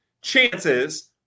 chances